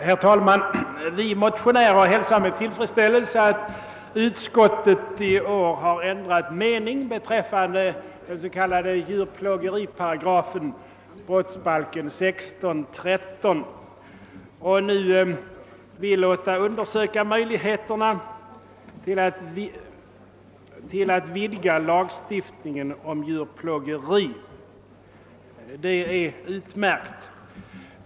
Herr talman! Vi motionärer hälsar med tillfredsställelse att utskottet i år ändrat mening beträffande den s.k. djurplågeriparagrafen, brottsbalken 16: 13, och nu vill låta undersöka möjligheterna att utvidga lagstiftningen om djurplågeri. Detta är utmärkt.